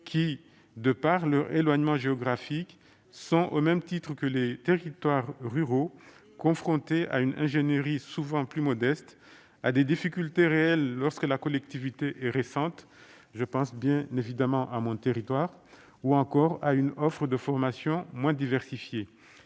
de par leur éloignement géographique, sont, au même titre que les territoires ruraux, confrontés à une ingénierie souvent plus modeste, à des difficultés réelles lorsque la collectivité est récente- je pense, bien évidemment, à mon territoire, Mayotte -, ou encore à une offre de formation moins diversifiée.